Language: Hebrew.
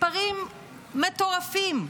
מספרים מטורפים.